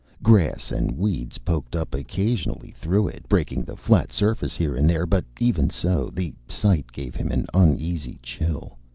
grass and weeds poked up occasionally through it, breaking the flat surface here and there, but even so, the sight gave him an uneasy chill.